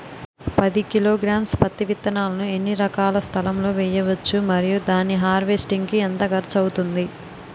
పది కిలోగ్రామ్స్ పత్తి విత్తనాలను ఎన్ని ఎకరాల స్థలం లొ వేయవచ్చు? మరియు దాని హార్వెస్ట్ కి ఎంత ఖర్చు అవుతుంది?